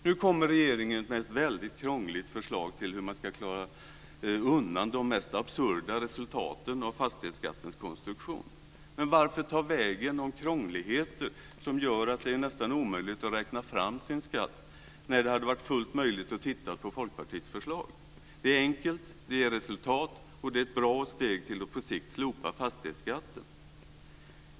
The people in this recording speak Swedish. Nu kommer regeringen med ett väldigt krångligt förslag om hur man ska så att säga klara undan de mest absurda resultaten av fastighetsskattens konstruktion. Men varför ta vägen över krångligheter som gör att det blir nästan omöjligt att räkna fram sin skatt, när det hade varit fullt möjligt att titta på Folkpartiets förslag? Vårt förslag är enkelt. Det ger resultat och är ett bra steg mot att på sikt slopa fastighetsskatten.